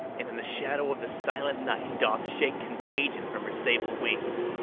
and in the shadow of the silent night doth shake contagion from her sable wings,